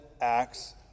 acts